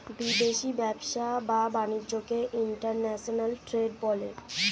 বিদেশি ব্যবসা বা বাণিজ্যকে ইন্টারন্যাশনাল ট্রেড বলে